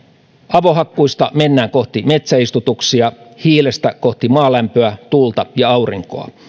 avohakkuista mennään kohti metsäistutuksia hiilestä kohti maalämpöä tuulta ja aurinkoa